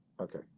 Okay